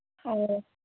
ꯑꯣ